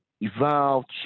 evolved